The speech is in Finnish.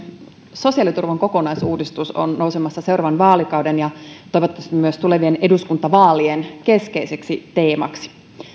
sosiaaliturvan kokonaisuudistus on nousemassa seuraavan vaalikauden ja toivottavasti myös tulevien eduskuntavaalien keskeiseksi teemaksi